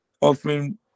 offering